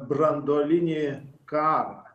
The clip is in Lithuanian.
branduolinį karą